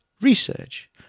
research